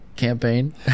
campaign